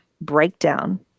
breakdown